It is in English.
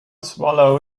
swallow